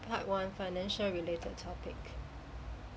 part one financial related topic